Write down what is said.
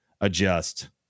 adjust